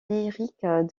lyriques